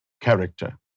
character